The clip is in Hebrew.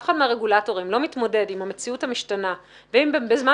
אף אחד מהרגולטורים לא מתמודד עם המציאות המשתנה ואם בזמן